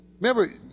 Remember